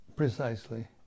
precisely